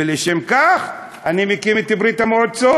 ולשם כך אני מקים את ברית המועצות,